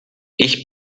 ich